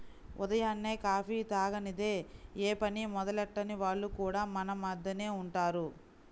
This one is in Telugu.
ఉదయాన్నే కాఫీ తాగనిదె యే పని మొదలెట్టని వాళ్లు కూడా మన మద్దెనే ఉంటారు